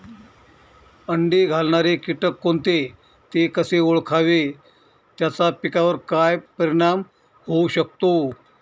अंडी घालणारे किटक कोणते, ते कसे ओळखावे त्याचा पिकावर काय परिणाम होऊ शकतो?